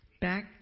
Back